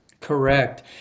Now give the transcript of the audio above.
Correct